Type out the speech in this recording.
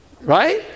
right